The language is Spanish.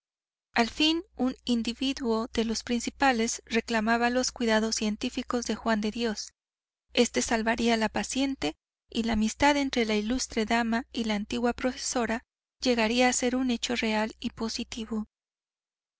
al fin un individuo de los principales reclamaba los cuidados científicos de juan de dios éste salvaría a la paciente y la amistad entre la ilustre dama y la antigua profesora llegaría a ser un hecho real y positivo